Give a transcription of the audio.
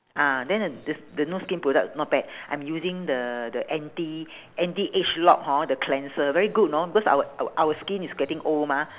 ah then the the the nu skin product not bad I'm using the the anti anti age lock hor the cleanser very good know because our our our skin is getting old mah